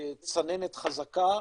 צננת חזקה,